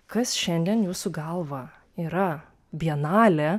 kas šiandien jūsų galva yra bienalė